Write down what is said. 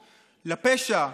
לפשע,